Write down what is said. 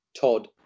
Todd